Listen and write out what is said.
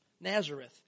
Nazareth